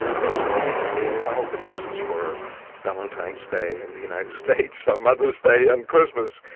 those are the main flower producers for valentine's day in the united states, mother's day and christmas.